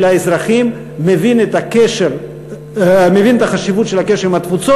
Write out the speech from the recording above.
רוב מכריע של האזרחים מבין את החשיבות של הקשר עם התפוצות,